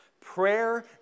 Prayer